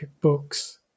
books